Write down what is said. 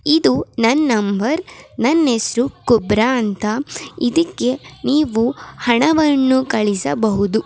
ಇದು ನನ್ನ ನಂಬರ್ ನನ್ನ ಹೆಸರು ಕುಬ್ರಾ ಅಂತ ಇದಕ್ಕೆ ನೀವು ಹಣವನ್ನು ಕಳಿಸಬಹುದು